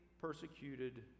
persecuted